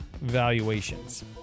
valuations